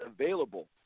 available